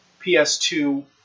PS2